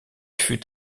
fut